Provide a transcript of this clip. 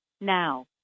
now